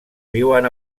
viuen